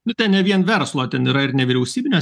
nu ten ne vien verslo ten yra ir nevyriausybinės